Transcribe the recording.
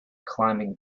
climbing